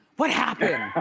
what happened?